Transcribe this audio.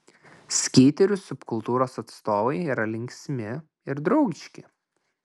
skeiterių subkultūros atstovai yra linksmi ir draugiški